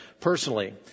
personally